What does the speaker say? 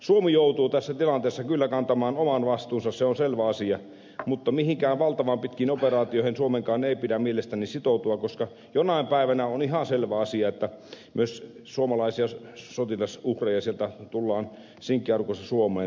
suomi joutuu tässä tilanteessa kyllä kantamaan oman vastuunsa se on selvä asia mutta mihinkään valtavan pitkiin operaatioihin suomenkaan ei pidä mielestäni sitoutua koska on ihan selvä asia että jonain päivänä myös suomalaisia sotilasuhreja sieltä tullaan sinkkiarkuissa suomeen tuomaan